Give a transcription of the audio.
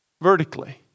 vertically